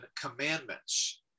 commandments